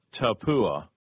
Tapua